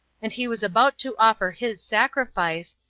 and he was about to offer his sacrifice,